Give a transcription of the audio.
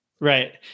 right